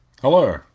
Hello